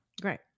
Great